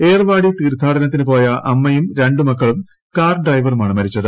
ഏർവാടി തീർത്ഥാടനത്തിനുപോയ അമ്മയും രണ്ടു മക്കളും കാർ ഡ്രൈവറുമാണ് മരിച്ചത്